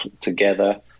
together